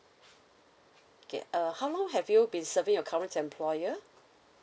okay uh how long have you been serving your current employer